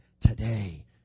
today